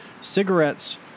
cigarettes